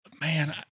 Man